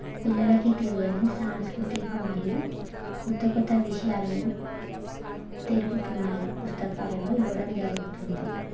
పిల్లలకి తెలియని సాంస్కృతిక మరియు కొత్త కొత్త విషయాలని తెలుపుతున్నాయి పుస్తకాలలో ఇవ్వడం జరుగుతుంది